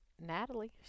Natalie